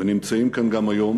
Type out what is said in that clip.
ונמצאים כאן היום